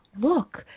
look